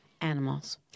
Animals